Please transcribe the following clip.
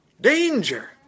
danger